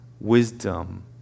wisdom